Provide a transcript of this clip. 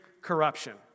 corruption